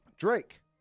Drake